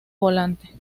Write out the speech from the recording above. volante